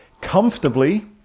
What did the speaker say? comfortably